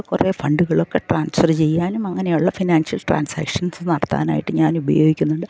കുറെ ഫണ്ടുകളൊക്കെ ട്രാൻസ്ഫർ ചെയ്യാനും അങ്ങനെയുള്ള ഫിനാൻഷ്യൽ ട്രാൻസാക്ഷൻസ് നടത്തനായിട്ട് ഞാൻ ഉപയോഗിക്കുന്നുണ്ട്